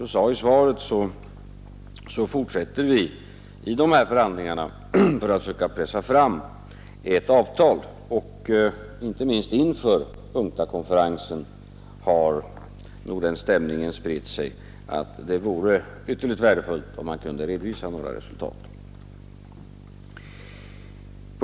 Men som jag sade i mitt svar fortsätter vi att under dessa förhandlingar söka pressa fram ett avtal. Inte minst inför UNCTAD-konferensen har den stämningen spritt sig att det vore ytterligt värdefullt om man kunde redovisa några resultat.